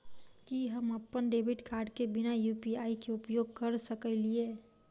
की हम अप्पन debit card केँ बिना यु.पी.आई केँ उपयोग करऽ सकलिये?